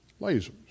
Lasers